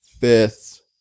fifth